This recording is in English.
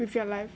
with your life